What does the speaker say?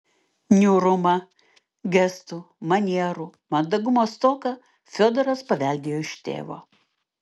niūrumą gestų manierų mandagumo stoką fiodoras paveldėjo iš tėvo